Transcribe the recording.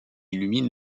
illumine